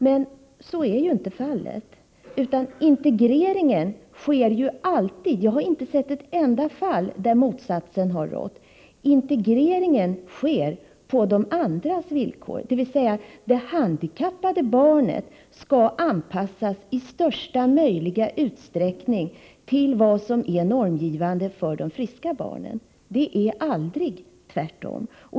Men så är ju inte fallet, utan integreringen sker ju alltid — jag har inte sett ett enda fall där motsatsen har rått — på de andras villkor, dvs. att det handikappade barnet i största möjliga utsträckning skall anpassas till vad som är normgivande för de friska barnen. Det är aldrig tvärtom.